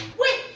wait,